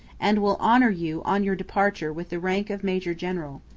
and will honour you on your departure with the rank of major-general.